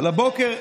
קודם, בבוקר,